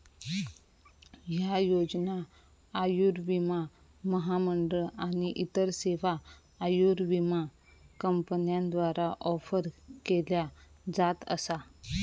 ह्या योजना आयुर्विमा महामंडळ आणि इतर सर्व आयुर्विमा कंपन्यांद्वारा ऑफर केल्या जात असा